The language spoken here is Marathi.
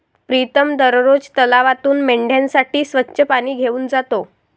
प्रीतम दररोज तलावातून मेंढ्यांसाठी स्वच्छ पाणी घेऊन जातो